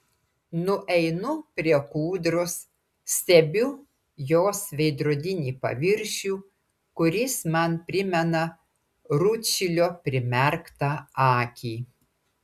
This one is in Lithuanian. nueinu prie kūdros stebiu jos veidrodinį paviršių kuris man primena rūdšilio primerktą akį